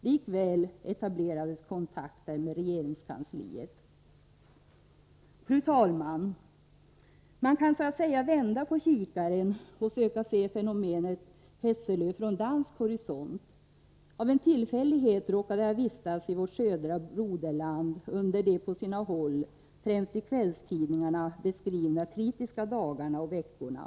Likväl etablerades kontakter med regeringskansliet. 4 utövning m.m. Fru talman! Man kan så att säga vända på kikaren och försöka se fenomenet Hesselö från dansk horisont. Av en tillfällighet råkade jag vistas i vårt södra broderland under de på sina håll — främst i kvällstidningarna — RE beskrivna kritiska dagarna och veckorna.